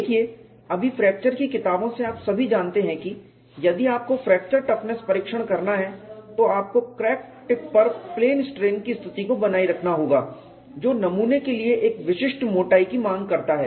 देखिए अभी फ्रैक्चर की किताबों से आप सभी जानते हैं कि यदि आपको फ्रैक्चर टफनेस परीक्षण करना है तो आपको क्रैक टिप पर प्लेन स्ट्रेन की स्थिति को बनाए रखना होगा जो नमूने के लिए एक विशिष्ट मोटाई की मांग करता है